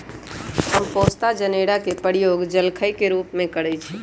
हम पोस्ता जनेरा के प्रयोग जलखइ के रूप में करइछि